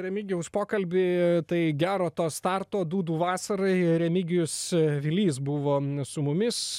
remigijaus pokalbį tai gero to starto dūdų vasarai remigijus vilys buvo su mumis